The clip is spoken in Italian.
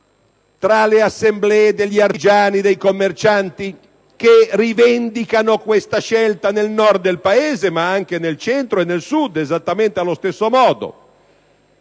tra le assemblee degli artigiani e dei commercianti che rivendicano questa scelta nel Nord del Paese, ma anche nel Centro e nel Sud, esattamente allo stesso modo.